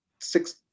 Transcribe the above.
six